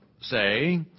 say